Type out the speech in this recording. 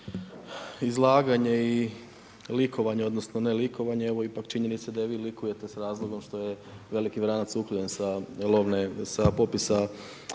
izlaganje i likovanje odnosno ne likovanje evo ipak činjenica da vi likujete s razlogom što je veliki vranac uklonjen sa lovne